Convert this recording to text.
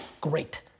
great